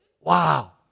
Wow